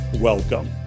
welcome